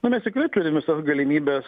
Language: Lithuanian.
nu mes tikrai turim visas galimybes